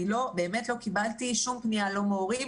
אני באמת לא קיבלתי שום פנייה לא מהורים,